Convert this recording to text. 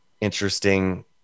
interesting